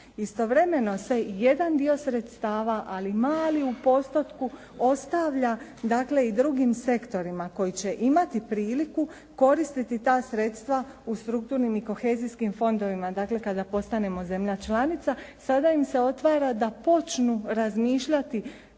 Istovremeno se jedan dio sredstava, ali mali u postotku ostavlja dakle i drugim sektorima koji će imati priliku koristiti ta sredstva u strukturnim i kohezijskim fondovima, dakle kada postanemo zemlja članica. Sada im se otvara da počnu razmišljati